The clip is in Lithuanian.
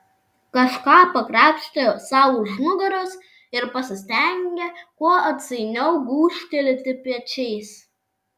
kažką pakrapštė sau už nugaros ir pasistengė kuo atsainiau gūžtelėti pečiais